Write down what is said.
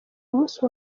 munsi